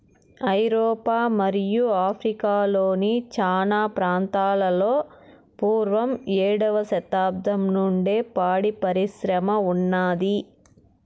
ఐరోపా మరియు ఆఫ్రికా లోని చానా ప్రాంతాలలో పూర్వం ఏడవ శతాబ్దం నుండే పాడి పరిశ్రమ ఉన్నాది